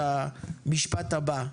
הוא כתב לי את המשפט הבא: